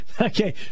Okay